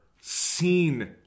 seen